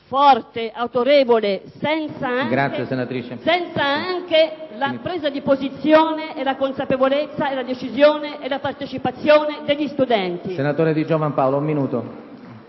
forte ed autorevole senza la presa di posizione, la consapevolezza, la decisione e la partecipazione degli studenti.